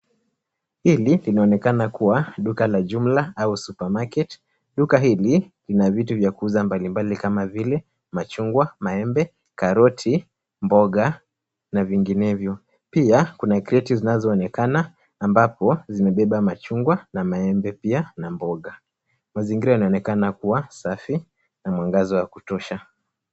Hili linaonekana kuwa duka la jumla au supermarket . Duka hili lina vitu vya kuuza mbalimbali kama vile machungwa , maembe, karoti , mboga na vinginevyo. Pia, kuna kreti zinazoonekana ambapo zimebeba machungwa na maembe , pia na mboga. Mazingira yanaonekana kuwa safi na mwangaza wa kutosha.